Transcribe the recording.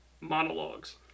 monologues